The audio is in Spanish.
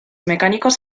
mecánicos